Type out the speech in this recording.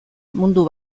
mundu